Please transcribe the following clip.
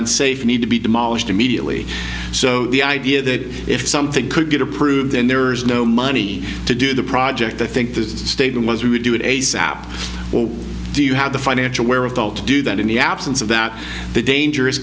unsafe need to be demolished immediately so the idea that if something could get approved then there is no money to do the project i think the statement was we would do it asap or do you have the financial wherewithal to do that in the absence of that the dangerous